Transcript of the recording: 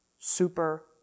super